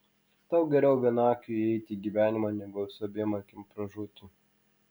tau geriau vienakiui įeiti į gyvenimą negu su abiem akim pražūti